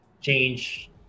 change